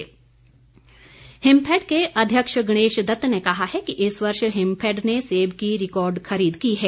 गणेश दत्त हिमफैड के अध्यक्ष गणेश दत्त ने कहा है कि इस वर्ष हिमफैड ने सेब की रिकार्ड खरीद की है